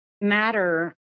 matter